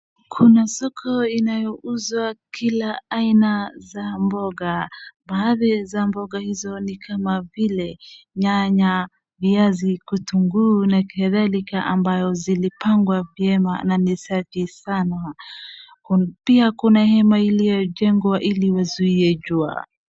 Kuna soko inayouzwa kila aina ya za mboga, baadhi za mboga izo ni kama vile nyanya, viazi, kutungu na kadhalika ambayo zilipingwa vyema na ni safi sana, pia kuna hema iyo jengwa ili iwazuei jua.